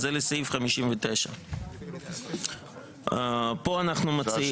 זה לסעיף 59. פה אנחנו מציעים,